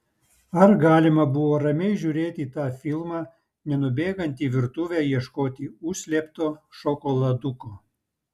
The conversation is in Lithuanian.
ar galima buvo ramiai žiūrėti tą filmą nenubėgant į virtuvę ieškoti užslėpto šokoladuko